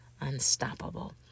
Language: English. unstoppable